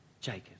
Jacob